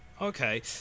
Okay